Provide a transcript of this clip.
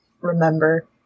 remember